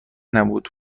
نبود